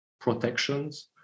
protections